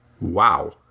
Wow